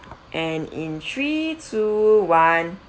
and in three two one